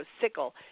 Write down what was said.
sickle